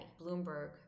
Bloomberg